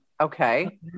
Okay